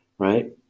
right